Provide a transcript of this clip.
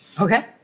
Okay